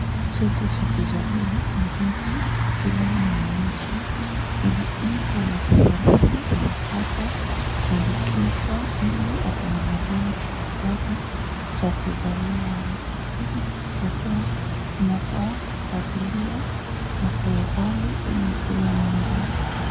Cheti cha kuzaliwa ni haki ya kila mwananchi. Hivyo mtu anapozaliwa anapaswa kuandikishwa ili atengenezewe cheti chake cha kuzaliwa. Na cheti hiki kikipotea unafaa kufuatilia na serikali ili upewe nyingine.